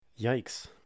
Yikes